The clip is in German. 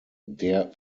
der